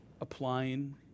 Applying